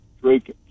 Drake